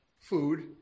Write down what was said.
food